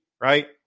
right